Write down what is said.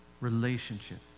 relationship